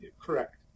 Correct